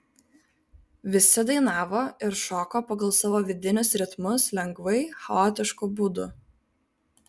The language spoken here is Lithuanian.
visi dainavo ir šoko pagal savo vidinius ritmus lengvai chaotišku būdu